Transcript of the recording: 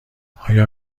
آیا